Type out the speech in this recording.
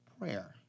prayer